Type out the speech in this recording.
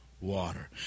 water